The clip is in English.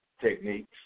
techniques